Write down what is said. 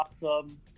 awesome